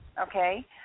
okay